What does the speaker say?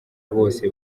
bose